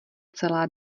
celá